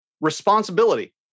responsibility